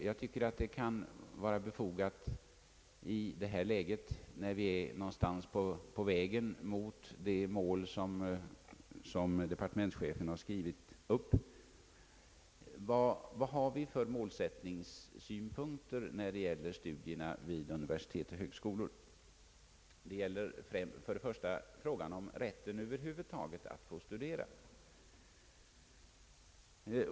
Jag tycker nog att det kan vara befogat att i detta läge, när vi är någonstans på väg mot det mål, som departementschefen har angivit, fråga sig: Vad har vi för målsättningssynpunkter när det gäller studierna vid universitet och högskolor? Det gäller för det första rätten att över huvud taget få studera.